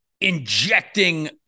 injecting